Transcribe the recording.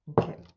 Okay